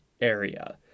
area